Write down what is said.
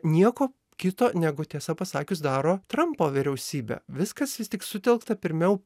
nieko kito negu tiesą pasakius daro trampo vyriausybė viskas vis tik sutelkta pirmiau